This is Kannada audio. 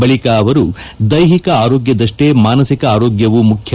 ಬಳಿಕ ಅವರು ದೈಹಿಕ ಆರೋಗ್ಯದಷ್ಟೇ ಮಾನಸಿಕ ಆರೋಗ್ಯವು ಮುಖ್ಯ